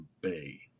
Bay